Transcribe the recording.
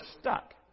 stuck